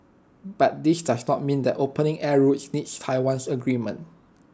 but this does not mean that opening air routes needs Taiwan's agreement